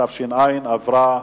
התש"ע 2010, עברה.